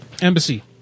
embassy